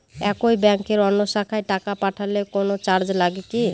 একই ব্যাংকের অন্য শাখায় টাকা পাঠালে কোন চার্জ লাগে কি?